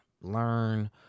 learn